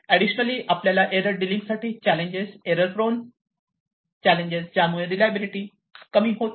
additionally आपल्याला error dealing साठी challenges error prone challenges ज्यामुळे रेलिएबिलिटी विश्वासार्हता कमी होते